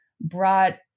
brought